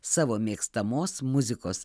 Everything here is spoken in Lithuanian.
savo mėgstamos muzikos